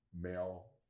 male